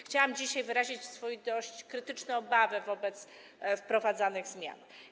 Chciałam dzisiaj wyrazić swoją dość krytyczną opinię, obawę wobec wprowadzanych zmian.